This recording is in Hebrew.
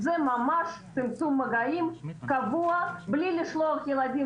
זה ממש צמצום מגעים קבוע בלי לשלוח ילדים